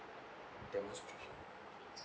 demonstration